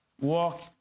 walk